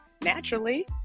naturally